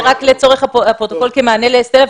אז זה רק לצורך הפרוטוקול כמענה לסטלה.